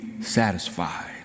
satisfied